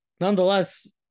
nonetheless